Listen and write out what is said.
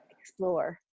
explore